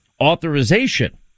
authorization